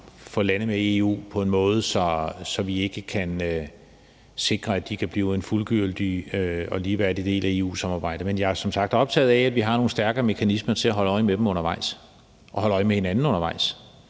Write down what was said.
få lande med i EU på en måde, så vi ikke kan sikre, at de kan blive en fuldgyldig og ligeværdig del af EU-samarbejdet. Men jeg er som sagt optaget af, at vi har nogle stærkere mekanismer til at holde øje med dem undervejs og også holde øje med hinanden.